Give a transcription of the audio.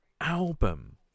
album